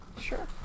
Sure